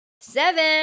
seven